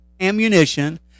ammunition